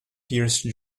pierce